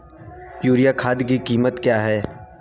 Urea खाद की कीमत क्या है?